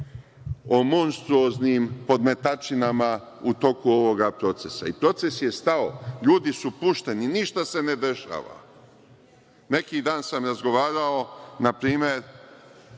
o monstrouznim podmetačinama u toku ovog procesa. I proces je stao. LJudi su pušteni, ništa se ne dešava. Neki dan sam razgovarao na primer,